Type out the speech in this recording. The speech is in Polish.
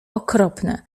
okropne